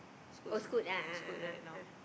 old school a'ah a'ah ah